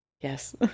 Yes